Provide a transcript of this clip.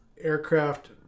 aircraft